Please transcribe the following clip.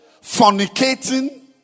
fornicating